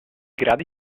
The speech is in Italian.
gradi